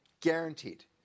Guaranteed